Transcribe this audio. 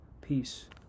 Peace